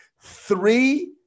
Three